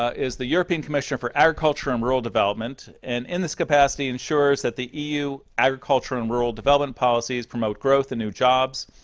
ah is the european commissioner for agriculture and rural development, and in this capacity ensures that the eu agriculture and world development policies promote growth and new jobs.